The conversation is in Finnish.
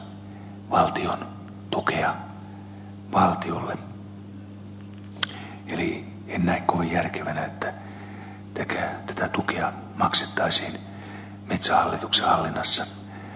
eli en näe kovin järkevänä että tätä tukea maksettaisiin metsähallituksen hallinnassa oleville metsille